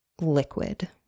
liquid